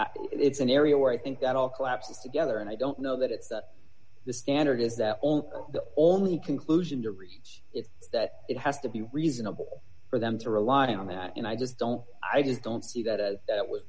but it's an area where i think that all collapses together and i don't know that it's that the standard is that the only conclusion to reach is that it has to be reasonable for them to rely on that and i just don't i just don't see that that was